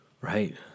Right